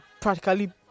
practically